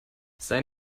sei